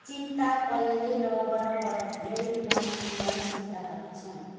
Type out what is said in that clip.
चिन्ता पल्ले र वरपर धेरै रमणीय क्षेत्रहरू छन्